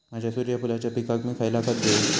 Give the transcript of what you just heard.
माझ्या सूर्यफुलाच्या पिकाक मी खयला खत देवू?